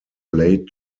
late